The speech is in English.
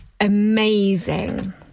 amazing